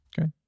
Okay